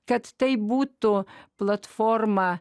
kad tai būtų platforma